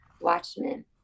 watchmen